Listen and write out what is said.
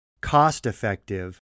cost-effective